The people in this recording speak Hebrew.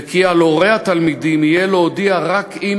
וכי על הורי התלמידים יהיה להודיע רק אם